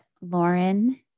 Lauren